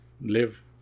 live